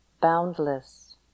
Boundless